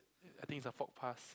I think it's a faux pas